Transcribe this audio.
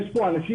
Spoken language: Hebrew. יש פה אנשים,